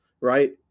right